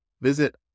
Visit